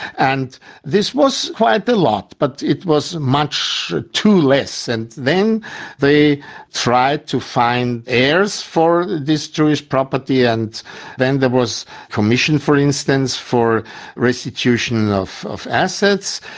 and this was quite a lot but it was much too less. and then they tried to find heirs for this jewish property and then there was commission, for instance, for restitution of of assets,